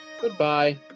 Goodbye